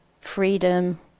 Freedom